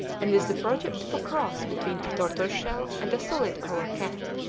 and is the product of a cross between a tortoise shell and a solid color cat.